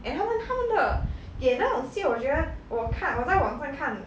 and 他们他们的演那种戏我觉得我看我在网上看